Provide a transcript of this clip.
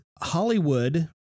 Hollywood